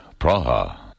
Praha